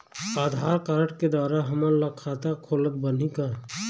आधार card के द्वारा हमन ला खाता खोलत बनही का?